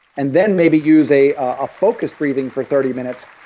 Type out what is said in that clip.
and then maybe use a ah focused breathing for thirty minutes,